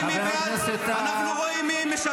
במחבלי חמאס ובמחבלי